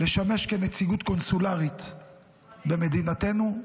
לשמש כנציגות קונסולרית במדינתנו.